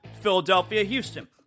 Philadelphia-Houston